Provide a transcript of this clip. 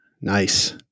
nice